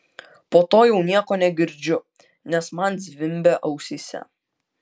po to jau nieko negirdžiu nes man zvimbia ausyse